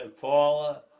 paula